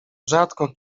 rzadko